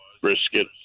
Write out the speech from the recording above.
brisket